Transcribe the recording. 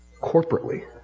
corporately